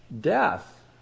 death